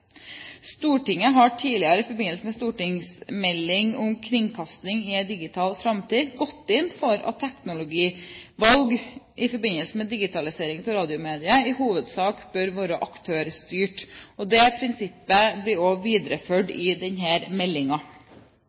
Stortinget har tidligere i forbindelse med stortingsmeldingen om kringkasting i en digital framtid gått inn for at teknologivalg i forbindelse med digitalisering av radiomediet i hovedsak bør være aktørstyrt. Det prinsippet blir også videreført i